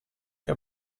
che